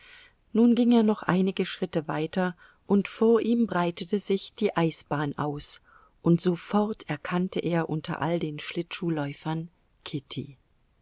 nun ging er noch einige schritte weiter und vor ihm breitete sich die eisbahn aus und sofort erkannte er unter all den schlittschuhläufern kitty